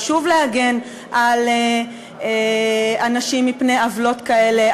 חשוב להגן על אנשים מפני עוולות כאלה,